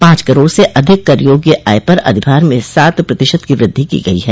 पांच करोड़ से अधिक कर योग्य आय पर अधिभार में सात प्रतिशत की वृद्धि की गई है